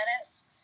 minutes